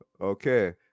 Okay